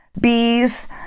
bees